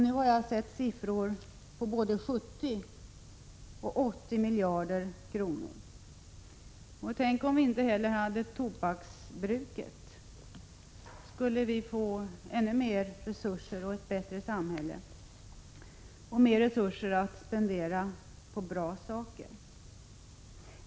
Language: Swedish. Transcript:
Nu har jag sett uppgifter om både 70 och 80 miljarder kronor. Och tänk om vi inte heller hade tobaksbruket — då skulle vi få ett ännu bättre samhälle och ännu mer resurser att spendera på bra saker.